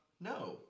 No